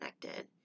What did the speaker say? connected